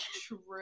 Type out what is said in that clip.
True